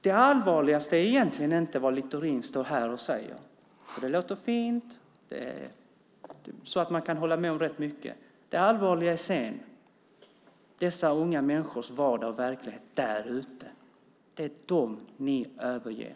Det allvarligaste är egentligen inte vad Littorin står här och säger - det låter fint, och man kan hålla med om rätt mycket. Det allvarliga är dessa unga människors vardag och verklighet där ute. Det är dem ni överger.